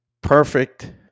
perfect